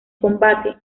combate